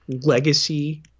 legacy